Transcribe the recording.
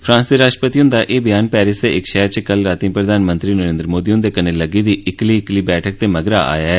France दे राष्ट्रपति हंदा ए ब्यान पैरिस दे इक शैहर च कल रातीं प्रधानमंत्री नरेंद्र मोदी हंदे कन्ने लग्गी दी इक्कली ईक्कली गल्लबात दे मगरा आया ऐ